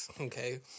Okay